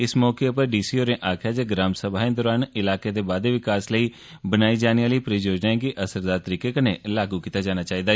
इस मौके उप्पर डी सी होरें आक्खेआ जे ग्राम सभाएं दौरान इलाकें दे बाद्दे विकास लेई बनाई जाने आलिएं परियोजनाएं गी असरदार तरीकें कन्नै लागू कीता जाना चाहिदा